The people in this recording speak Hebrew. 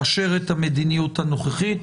לאשר את המדיניות הנוכחית,